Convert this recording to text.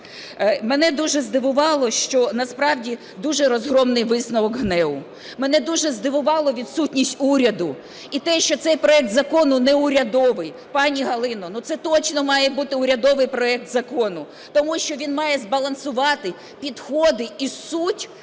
Мене дуже здивувало, що насправді дуже розгромний висновок ГНЕУ. Мене дуже здивувала відсутність уряду і те, що цей проект закону неурядовий. Пані Галино, це точно має бути урядовий проект закону, тому що він має збалансувати підходи і суть